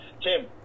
Tim